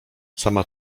sama